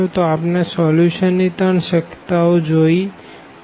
તો આપણે સોલ્યુશનની 3 શક્યતાઓ જોયી